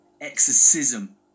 exorcism